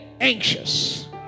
anxious